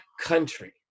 country